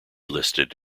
listed